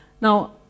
Now